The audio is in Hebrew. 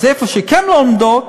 אז איפה שהן כן לומדות,